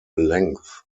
length